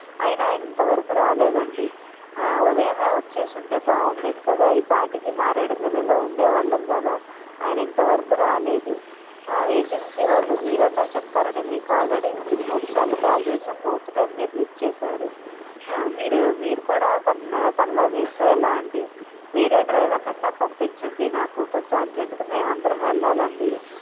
అయినా ఆయన ఇంతవరకు రాలేదండి ఉదయం వచ్చిఉంటే బాగుండేది కదా ఈ పాటికి మారేడుమిల్లిలో ఉండేవాళ్ళం కదా ఆయన ఇంతవరకు రాలేదు ఏజెన్సీ వాళ్ళు మీరన్నా చెప్తారని మీకు ఆల్రెడీ ఇప్పుడు మూడు సార్లు కాల్ చేస్తే ఫోర్త్ టైం మీరు లిఫ్ట్ చేసారు మీరు మీరు కూడా తన తనలాగా చేస్తే ఎలా అండి వేరే డ్రైవర్ను అన్నా పంపించండి నాకు కొంచెం అర్జెంట్గా మేము అందరం వెళ్ళాలి అండి